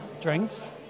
drinks